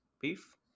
beef